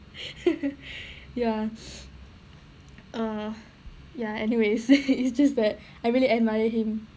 ya err ya anyways it's just that I really admire him